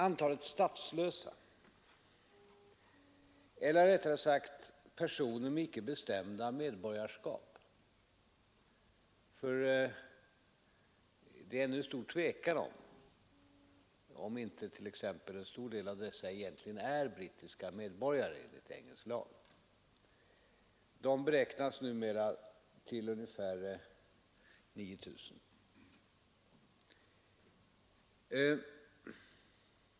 Antalet statslösa, eller rättare sagt personer med icke bestämda medborgarskap — det råder nämligen stor tvekan huruvida inte en stor del av dessa egentligen är brittiska medborgare enligt engelsk lag beräknas nu till ungefär 9 000.